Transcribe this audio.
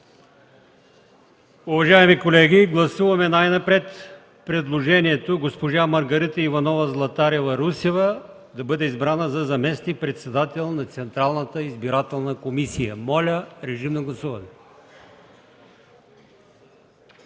Уважаеми колеги, най-напред гласуваме предложението госпожа Маргарита Иванова Златарева-Русева да бъде избрана за заместник-председател на Централната избирателна комисия. Гласували